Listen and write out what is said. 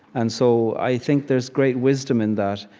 and so i think there's great wisdom in that,